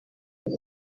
iyi